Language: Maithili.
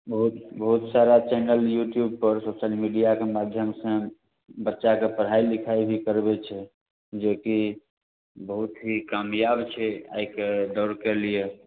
बहुत बहुत सारा चैनल यूट्यूबपर सोशल मीडिआके माध्यमसँ हँ बच्चाके पढ़ाइ लिखाइ भी करबै छै जेकि बहुत ही कामयाब छै आइके दौरके लिए